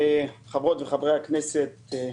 חברות וחברי הכנסת,